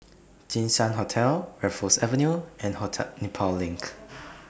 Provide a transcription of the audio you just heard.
Jinshan Hotel Raffles Avenue and Nepal LINK